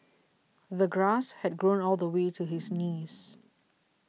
the grass had grown all the way to his knees